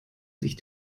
sich